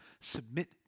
submit